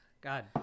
God